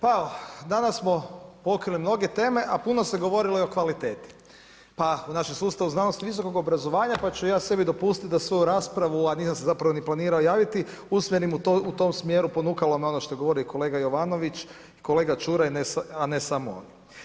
Pa danas smo pokrili mnoge teme a puno se govorilo i o kvaliteti, pa u našem sustavu znanosti i visokog obrazovanja pa ću ja sebi dopustiti da svoju raspravu a nisam se zapravo ni planirao javiti usmjerim u tom smjeru ponukalo me i ono što govori i kolega Jovanović i kolega Čuraj a ne samo on.